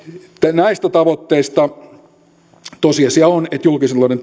näistä tavoitteista tosiasia on että julkisen talouden